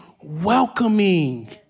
welcoming